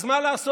אז מה לעשות,